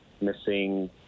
missing